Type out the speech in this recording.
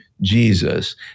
Jesus